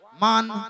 man